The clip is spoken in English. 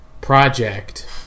project